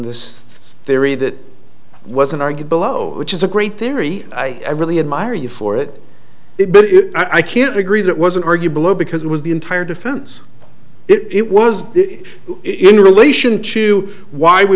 this theory that wasn't argued below which is a great theory i really admire you for it if i can't agree that wasn't argued below because it was the entire defense it was if in relation to why we